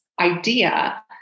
idea